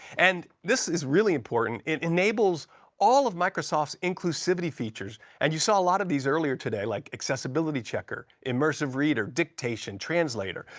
and this is really important it enables all of microsoft's inclusivity features, and you saw a lot of these earlier today, like accessibility checker, immersive reader, dictation, translator.